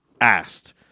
asked